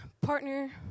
partner